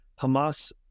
Hamas